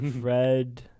Fred